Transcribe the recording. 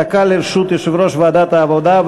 דקה לרשות יושב-ראש ועדת העבודה,